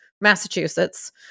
Massachusetts